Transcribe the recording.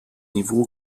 niveau